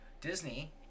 Disney